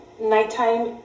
nighttime